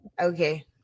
Okay